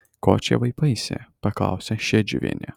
ko čia vaipaisi paklausė šedžiuvienė